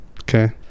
Okay